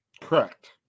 Correct